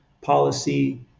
policy